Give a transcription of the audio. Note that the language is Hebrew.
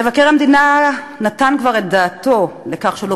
מבקר המדינה כבר נתן את דעתו על כך שלא